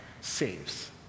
saves